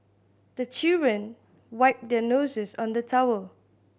the children wipe their noses on the towel